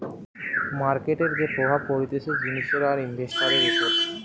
মার্কেটের যে প্রভাব পড়তিছে জিনিসের আর ইনভেস্টান্টের উপর